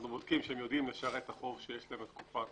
אנחנו בודקים שהם יודעים לשלם את החוב שיש להם בתקופה הקרובה,